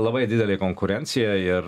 labai didelė konkurencija ir